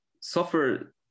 software